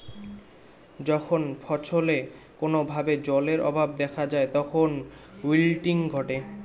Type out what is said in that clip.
যখন ফছলে কোনো ভাবে জলের অভাব দেখা যায় তখন উইল্টিং ঘটে